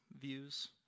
views